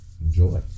Enjoy